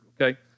okay